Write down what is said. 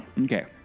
Okay